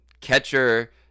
catcher